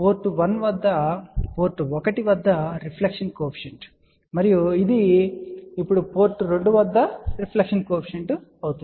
కాబట్టి S11 port 1 వద్ద reflection coefficient మరియు ఇది ఇప్పుడు పోర్ట్ 2 వద్ద రిఫ్లెక్షన్ కోఎఫిషియంట్ అవుతుంది